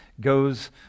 goes